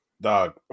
Dog